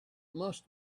must